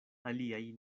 aliaj